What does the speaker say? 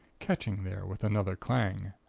catching there with another clang.